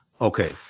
Okay